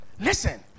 Listen